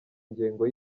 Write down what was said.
ngengo